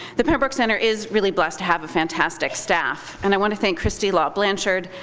the pembroke center is really blessed to have a fantastic staff, and i want to thank christy law blanchard,